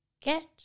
get